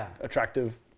attractive